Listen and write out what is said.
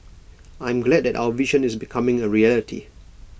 I am glad that our vision is becoming A reality